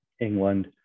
England